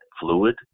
fluid